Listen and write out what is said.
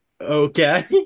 Okay